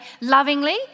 lovingly